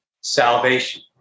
Salvation